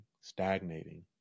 stagnating